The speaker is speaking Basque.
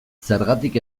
zergatik